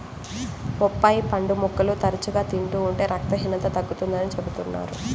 బొప్పాయి పండు ముక్కలు తరచుగా తింటూ ఉంటే రక్తహీనత తగ్గుతుందని చెబుతున్నారు